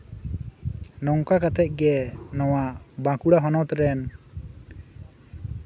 ᱱᱚᱝᱠᱟ ᱠᱟᱛᱮ ᱜᱮ ᱱᱚᱣᱟ ᱵᱟᱸᱠᱩᱲᱟ ᱦᱚᱱᱚᱛ ᱨᱮᱱ